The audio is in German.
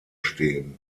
stehen